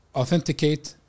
authenticate